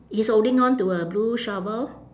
he's holding on to a blue shovel